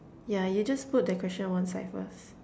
yeah you just put the question one side first